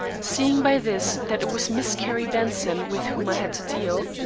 seeing by this that it was miss carrie benson with whom i had to deal,